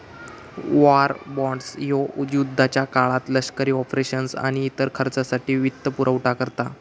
war bonds ह्यो युद्धाच्या काळात लष्करी ऑपरेशन्स आणि इतर खर्चासाठी वित्तपुरवठा करता